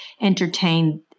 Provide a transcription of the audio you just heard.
entertain